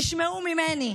תשמעו ממני,